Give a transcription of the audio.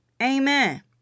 amen